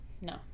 No